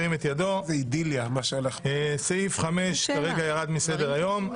ירים את ידו הצבעה אושר סעיף 5 ירד מסדר היום.